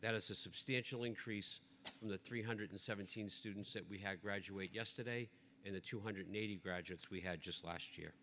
a substantial increase in the three hundred seventeen students that we had graduate yesterday and the two hundred eighty graduates we had just last year